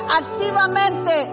activamente